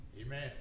Amen